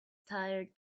tired